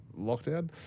lockdown